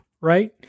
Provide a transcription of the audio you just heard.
Right